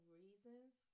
reasons